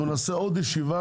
אנחנו נעשה עוד ישיבה,